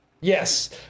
Yes